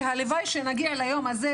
והלוואי שנגיע ליום הזה,